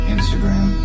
Instagram